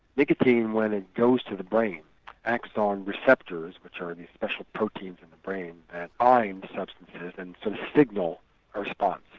nicotine when it goes to the brain acts on receptors which are these special proteins in the brain that bind substances and signal response.